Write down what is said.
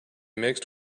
mixed